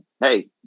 Hey